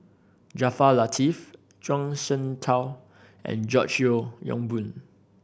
Jaafar Latiff Zhuang Shengtao and George Yeo Yong Boon